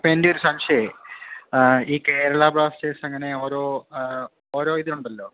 അപ്പം എൻ്റെ ഒരു സംശയമേ ഈ കേരള ബ്ലാസ്റ്റേഴ്സ് അങ്ങനെ ഓരോ ഓരോ ഇതുണ്ടല്ലോ